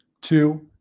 two